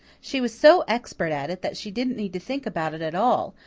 she was so expert at it that she didn't need to think about it at all,